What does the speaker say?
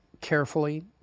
carefully